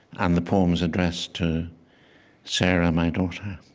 um the poem's addressed to sarah, my daughter